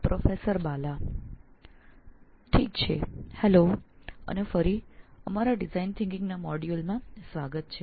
professor Bala નમસ્તે અમારા design thinking ના મોડ્યુલોમાં ફરી એક વખત આપનું સ્વાગત છે